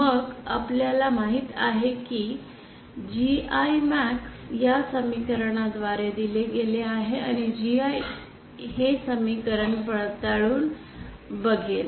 मग आपल्याला माहित आहे की GImax या समीकरणाद्वारे दिले गेले आहे आणि GI हे समीकरण पडताळून बघेल